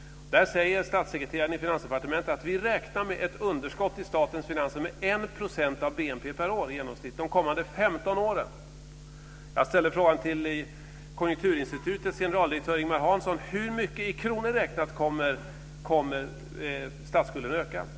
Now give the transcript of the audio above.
Där sade statssekreteraren i Finansdepartementet att man räknar med ett underskott i statens finanser med i genomsnitt 1 % av BNP per år de kommande 15 åren. Jag ställde frågan till Konjunkturinstitutets generaldirektör Ingemar Hansson: Hur mycket i kronor räknat kommer statsskulden att öka?